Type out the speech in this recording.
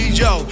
yo